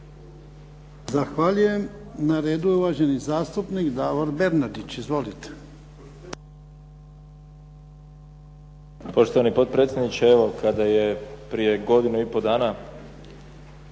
Zahvaljujem. Na redu je uvaženi zastupnik Davor Bernardić. Izvolite. **Bernardić, Davor (SDP)** Poštovani potpredsjedniče, evo kada je prije godinu i pol dana